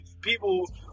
people